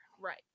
Right